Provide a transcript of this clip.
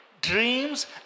dreams